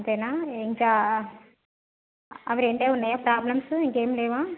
అంతేనా ఇంకా అవి రెండే ఉన్నాయా ప్రాబ్లమ్స్ ఇంకేమి లేవా